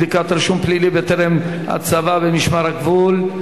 בדיקת רישום פלילי בטרם הצבה במשמר הגבול),